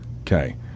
Okay